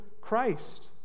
Christ